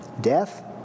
death